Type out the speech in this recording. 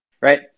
right